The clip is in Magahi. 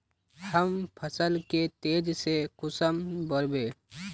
हम फसल के तेज से कुंसम बढ़बे?